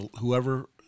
whoever